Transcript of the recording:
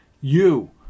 You